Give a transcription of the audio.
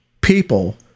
people